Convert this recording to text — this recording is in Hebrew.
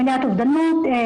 מניעת אובדנות,